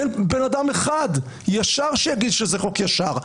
אין בן אדם ישר שיגיד שזה חוק ישר.